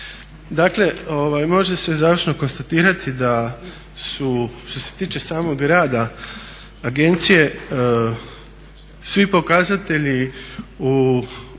Dakle može se završno konstatirati da su što se tiče samog rada agencije svi pokazatelji u